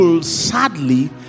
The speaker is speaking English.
sadly